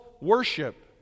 worship